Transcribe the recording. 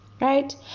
right